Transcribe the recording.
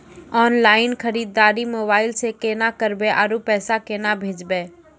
Online खरीददारी mobile से केना करबै, आरु पैसा केना भेजबै?